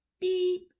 beep